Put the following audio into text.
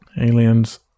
Aliens